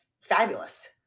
fabulous